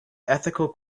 ethical